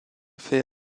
fait